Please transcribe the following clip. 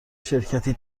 شرکتی